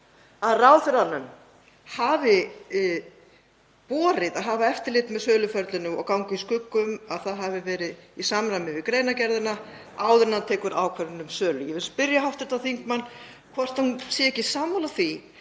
að ráðherranum hafi borið að hafa eftirlit með söluferlinu og ganga úr skugga um að það hafi verið í samræmi við greinargerðina áður en hann tók ákvörðun um sölu. Ég vil spyrja hv. þingmann hvort hún sé ekki sammála því